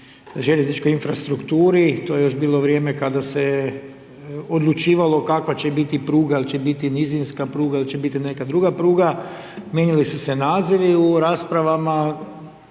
željezničkoj infrastrukturi, to je još bilo vrijeme kada se odlučivalo kakva će biti pruga, hoće li biti nizinska pruga ili će biti neka druga pruga, mijenjali su se nazivi u raspravama,